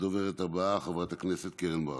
הדוברת הבאה, חברת הכנסת קרן ברק.